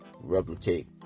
replicate